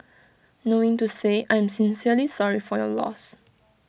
knowing to say I'm sincerely sorry for your loss